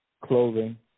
clothing